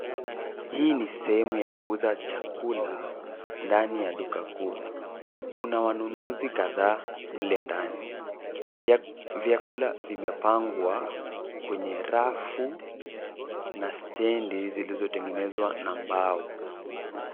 Hii ni sehemu ya kuuza chakula ndani ya duka kuu. Kuna wanunuzi kadhaa mle ndani. Vyakula vimepangwa kwenye rafu na stendi zilizotengenezwa na mbao.